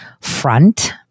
front